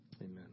Amen